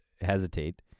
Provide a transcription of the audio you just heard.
hesitate